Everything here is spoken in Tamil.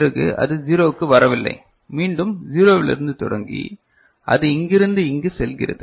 பிறகு அது 0 க்கு வரவில்லை மீண்டும் 0 இலிருந்து தொடங்கி அது இங்கிருந்து இங்கு செல்கிறது